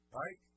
right